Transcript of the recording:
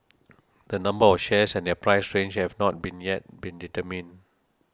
the number of shares and their price range have not been yet been determined